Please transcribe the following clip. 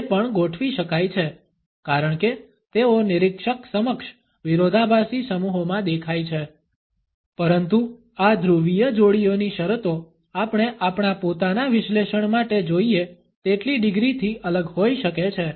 તે પણ ગોઠવી શકાય છે કારણ કે તેઓ નિરીક્ષક સમક્ષ વિરોધાભાસી સમૂહોમાં દેખાય છે પરંતુ આ ધ્રુવીય જોડીઓની શરતો આપણે આપણા પોતાના વિશ્લેષણ માટે જોઈએ તેટલી ડિગ્રી થી અલગ હોઈ શકે છે